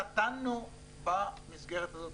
נתנו במסגרת הזו